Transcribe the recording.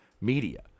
media